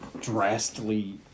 drastically